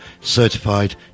Certified